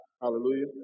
Hallelujah